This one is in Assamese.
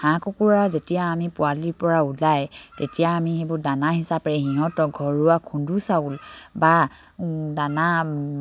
হাঁহ কুকুৰা যেতিয়া আমি পোৱালিৰ পৰা ওলায় তেতিয়া আমি সেইবোৰ দানা হিচাপে সিহঁতক ঘৰুৱা খুন্দো চাউল বা দানা